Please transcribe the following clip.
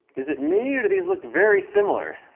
is it me or do these look very similar?